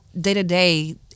day-to-day